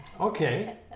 Okay